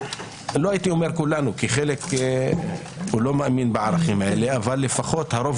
לא כולנו כי חלק לא מאמין בערכים הללו אבל לפחות הרוב